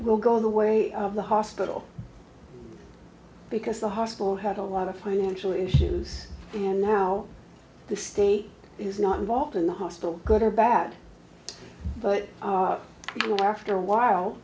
will go the way of the hospital because the hospital had a lot of financial issues and now the state is not involved in the hospital good or bad but you know after a while